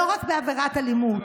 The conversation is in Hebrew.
לא רק בעבירת אלימות,